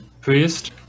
Priest